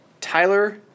Tyler